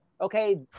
okay